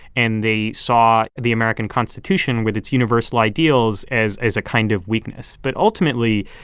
and they saw the american constitution, with its universal ideals, as as a kind of weakness. but ultimately,